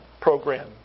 program